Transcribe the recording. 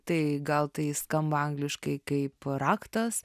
tai gal tai skamba angliškai kaip raktas